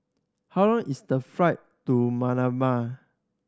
how long is the flight to Manama